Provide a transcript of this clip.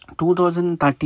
2013